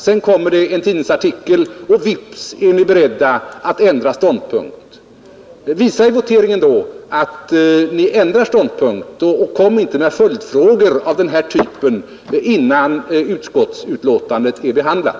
Sedan kommer en tidningsartikel, och vips är ni beredda att ändra ståndpunkt. Visa i voteringen att ni ändrat ståndpunkt och kom inte med följdfrågor av denna typ innan utskottsbetänkandet är behandlat.